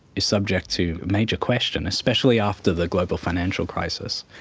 is subject to major question, especially after the global financial crisis.